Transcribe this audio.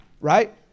right